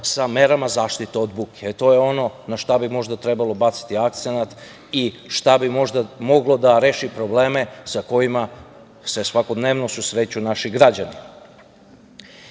sa merama zaštite od buke. To je ono na šta bi možda trebalo baciti akcenat i šta bi možda moglo da reši probleme sa kojima se svakodnevno susreću naši građani.